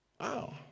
Wow